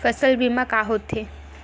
फसल बीमा का होथे?